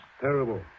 Terrible